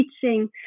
teaching